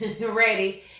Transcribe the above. ready